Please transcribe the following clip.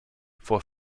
vor